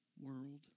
world